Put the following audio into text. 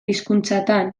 hizkuntzatan